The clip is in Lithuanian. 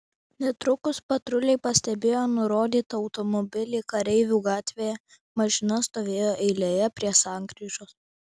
netrukus patruliai pastebėjo nurodytą automobilį kareivių gatvėje mašina stovėjo eilėje prie sankryžos